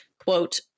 quote